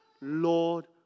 Lord